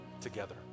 together